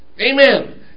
Amen